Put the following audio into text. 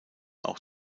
auch